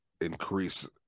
increase